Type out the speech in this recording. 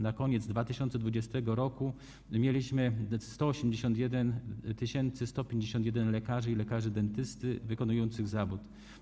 Na koniec 2020 r. mieliśmy 181 151 lekarzy i lekarzy dentystów wykonujących zawód.